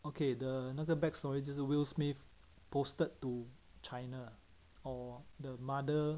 okay the 那个 backstory 就是 will smith posted to china or the mother